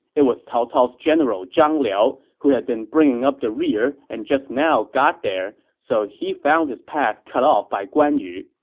it was cao cao's general zhang liao, who had been bringing up the rear and just now got here, so he found his path cut off by guan yu.